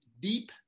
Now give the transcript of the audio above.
Deep